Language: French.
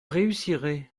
réussirez